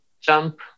jump